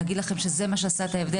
להגיד לכם שזה מה שעשה את ההבדל?